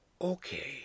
Okay